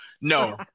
no